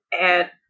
add